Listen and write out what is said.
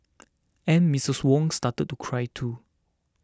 and Miss Wong started to cry too